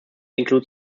include